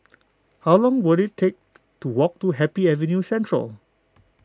how long will it take to walk to Happy Avenue Central